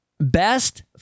best